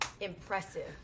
impressive